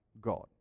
God